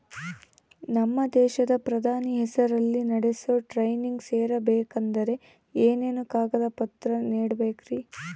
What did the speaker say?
ನಮ್ಮ ದೇಶದ ಪ್ರಧಾನಿ ಹೆಸರಲ್ಲಿ ನಡೆಸೋ ಟ್ರೈನಿಂಗ್ ಸೇರಬೇಕಂದರೆ ಏನೇನು ಕಾಗದ ಪತ್ರ ನೇಡಬೇಕ್ರಿ?